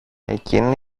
εκείνη